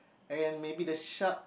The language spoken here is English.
and maybe the shark